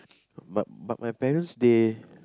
but but my parents they